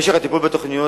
משך הטיפול בתוכניות,